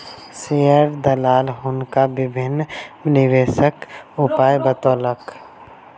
share दलाल हुनका विभिन्न निवेशक उपाय बतौलक